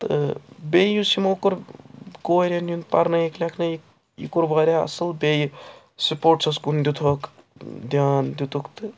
تہٕ بیٚیہِ یُس یمو کوٚر کورٮ۪ن ہُنٛد پَرنٲوِکھ لیٚکھنٲوِکھ یہِ کوٚر واریاہ اَصٕل بیٚیہِ سپورٹسَس کُن دیُتہوکھ دھیان دیُتُکھ تہٕ